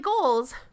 goals